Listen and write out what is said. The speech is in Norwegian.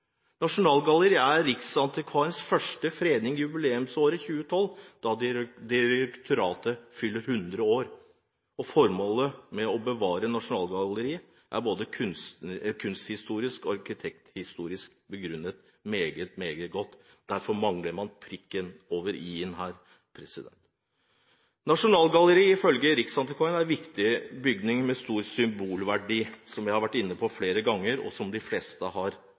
er Riksantikvarens første fredning i jubileumsåret 2012, når direktoratet fyller 100 år. Formålet med å bevare Nasjonalgalleriet er både kulturhistorisk og arkitekturhistorisk meget, meget godt begrunnet, derfor mangler man prikken over i-en. Nasjonalgalleriet er ifølge Riksantikvaren en viktig bygning med stor symbolverdi, som jeg har vært inne på flere ganger, og som de fleste i denne sal har